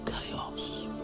chaos